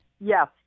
Yes